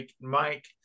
Mike